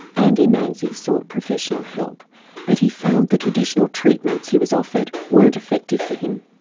andy manzi sought professional help but he found the traditional treatments he was offered weren't effective for him.